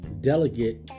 delegate